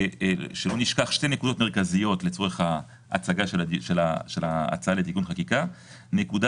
שלא נשכח שתי נקודות מרכזיות לצורך ההצגה של ההצעה לתיקון חקיקה: א',